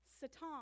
satan